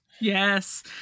Yes